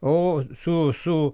o su su